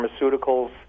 pharmaceuticals